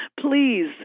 Please